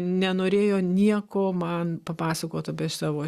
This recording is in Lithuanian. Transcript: nenorėjo nieko man papasakot apie savo